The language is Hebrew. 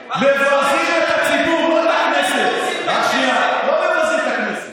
תקשיב, מבזים את הציבור, לא את הכנסת.